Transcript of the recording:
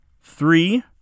three